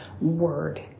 word